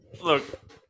look